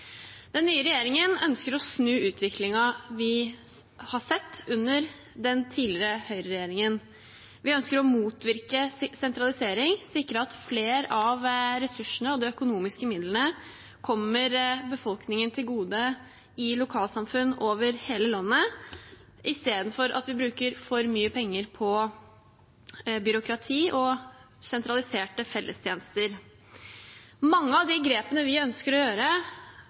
Den nye regjeringen ønsker å snu utviklingen vi har sett under den tidligere høyreregjeringen. Vi ønsker å motvirke sentralisering, sikre at flere av ressursene og de økonomiske midlene kommer befolkningen til gode i lokalsamfunn over hele landet, i stedet for at vi bruker for mye penger på byråkrati og sentraliserte fellestjenester. Mange av de grepene vi ønsker å gjøre,